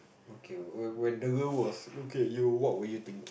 okay when when the girl was okay you what were you thinking